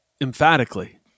emphatically